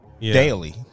daily